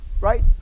right